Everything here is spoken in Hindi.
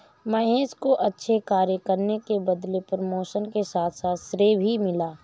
महेश को अच्छे कार्य करने के बदले प्रमोशन के साथ साथ श्रेय भी मिला